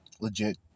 legit